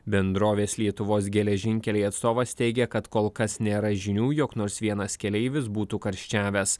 bendrovės lietuvos geležinkeliai atstovas teigė kad kol kas nėra žinių jog nors vienas keleivis būtų karščiavęs